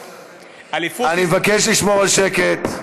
אליפות, אני מבקש לשמור על שקט.